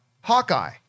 Hawkeye